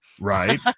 Right